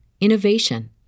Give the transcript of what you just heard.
innovation